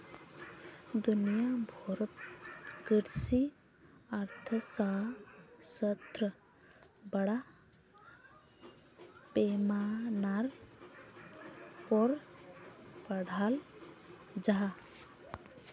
दुनिया भारोत कृषि अर्थशाश्त्र बड़ा पैमानार पोर पढ़ाल जहा